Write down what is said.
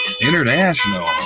International